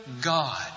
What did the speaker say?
God